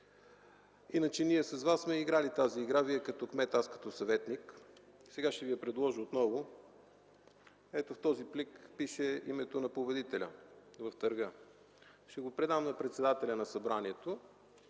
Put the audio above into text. Иначе ние с Вас сме я играли тази игра – Вие като кмет, аз като съветник. Сега ще Ви я предложа отново. Ето, в този плик пише името на победителя в търга (показва плик). Ще го предам на председателя на Събранието.